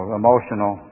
emotional